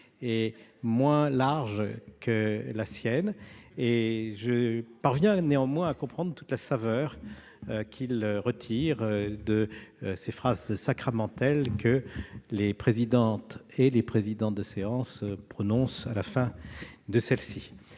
est moins large que la sienne, je parviens à comprendre toute la saveur qu'il retire de ces phrases sacramentelles que les présidentes et présidents prononcent à la fin des séances.